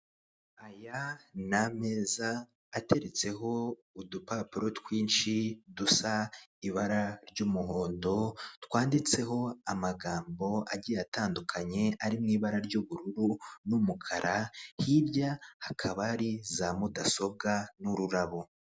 Aya ni ameza ateretseho udupapuro twinshi dusa ibara ry'umuhondo, twanditseho amagambo agiye atandukanye ari mu ibara ry'ubururu n'umukara hirya hakaba hari za mudasobwa, n'ururabo.